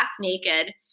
naked